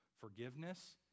forgiveness